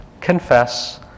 confess